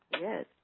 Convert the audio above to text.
Yes